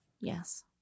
Yes